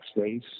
space